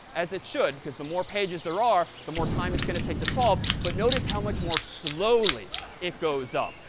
as it should, because the more pages there are, the more time it's going to take to solve, but notice how much more slowly it goes up.